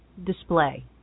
display